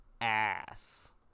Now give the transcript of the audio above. ass